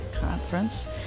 conference